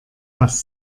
was